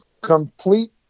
complete